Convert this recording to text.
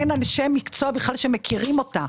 אין בכלל אנשי מקצוע שמכירים אותה.